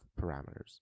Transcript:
parameters